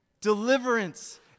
deliverance